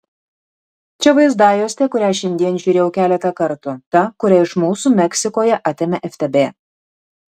čia vaizdajuostė kurią šiandien žiūrėjau keletą kartų ta kurią iš mūsų meksikoje atėmė ftb